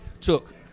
took